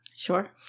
Sure